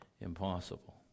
impossible